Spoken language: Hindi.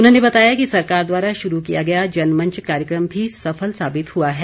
उन्होंने बताया कि सरकार द्वारा शुरू किया गया जनमंच कार्यक्रम भी सफल साबित हुआ है